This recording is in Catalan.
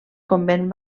convent